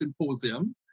symposium